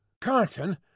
carton